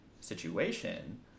situation